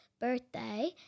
birthday